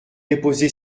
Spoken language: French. déposé